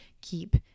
keep